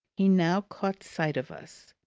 he now caught sight of us.